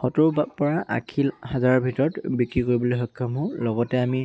সত্তৰৰ পৰা আশী হাজাৰৰ ভিতৰত বিক্ৰী কৰিবলৈ সক্ষম হওঁ লগতে আমি